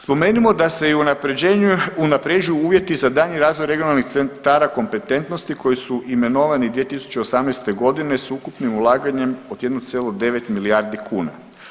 Spomenimo da se i unapređuju uvjeti za daljnji razvoj regionalnih centara kompetentnosti koji su imenovani 2018. godine sa ukupnim ulaganjem od 1,9 milijardi kuna.